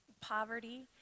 poverty